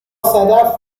صدف